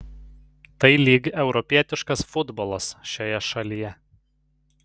tai lyg europietiškas futbolas šioje šalyje